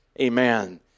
Amen